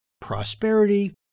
prosperity